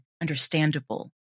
understandable